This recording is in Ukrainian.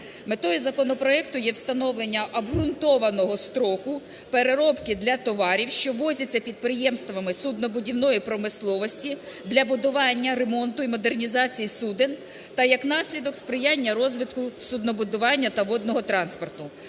Метою законопроекту є встановлення обґрунтованого строку переробки для товарів, що ввозяться підприємствами суднобудівної промисловості для будування ремонту і модернізації суден та, як наслідок, сприяння розвитку суднобудування та водного транспорту.